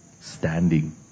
standing